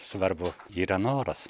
svarbu yra noras